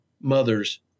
mothers